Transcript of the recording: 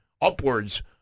upwards